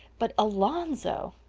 but alonzo!